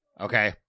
Okay